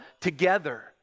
together